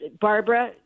Barbara